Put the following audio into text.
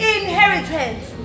inheritance